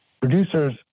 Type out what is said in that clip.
producers